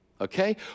Okay